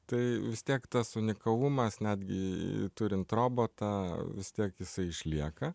tai vis tiek tas unikalumas netgi turint robotą vis tiek jisai išlieka